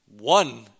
One